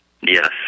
Yes